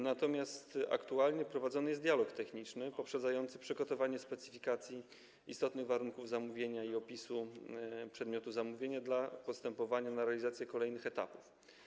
Natomiast aktualnie prowadzony jest dialog techniczny poprzedzający przygotowanie specyfikacji istotnych warunków zamówienia i opisu przedmiotu zamówienia dla postępowania dotyczącego realizacji kolejnych etapów.